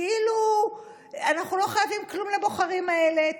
כאילו אנחנו לא חייבים כלום לבוחרים האלה.